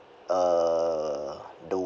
uh the